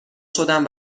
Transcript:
شدم